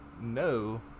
no